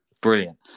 Brilliant